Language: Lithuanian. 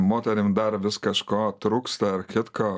moterim dar vis kažko trūksta ar kitko